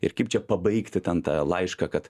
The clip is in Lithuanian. ir kaip čia pabaigti ten tą laišką kad